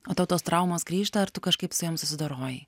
o tau tos traumos grįžta ar tu kažkaip su jom susidorojai